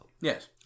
Yes